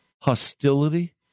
hostility